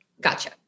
Gotcha